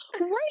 right